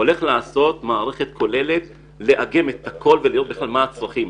אני הולך לאגם את הכול ולראות מה הצרכים.